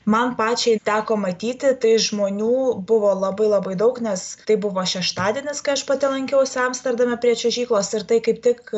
man pačiai teko matyti tai žmonių buvo labai labai daug nes tai buvo šeštadienis kai aš pati lankiausi amsterdame prie čiuožyklos ir tai kaip tik